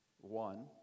One